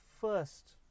first